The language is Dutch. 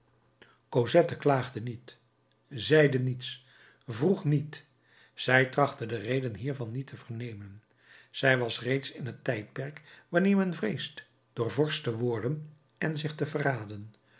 cosette klaagde niet zeide niets vroeg niet zij trachtte de reden hiervan niet te vernemen zij was reeds in het tijdperk wanneer men vreest doorvorscht te worden en zich te verraden